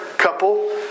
couple